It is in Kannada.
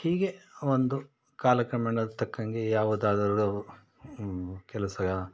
ಹೀಗೇ ಒಂದು ಕಾಲ ಕ್ರಮೇಣಕ್ಕೆ ತಕ್ಕಂಗೆ ಯಾವುದಾದರೂ ಕೆಲಸ